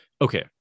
Okay